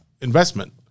investment